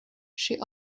she